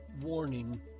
warning